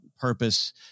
purpose